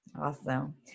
Awesome